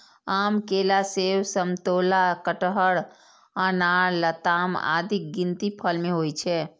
आम, केला, सेब, समतोला, कटहर, अनार, लताम आदिक गिनती फल मे होइ छै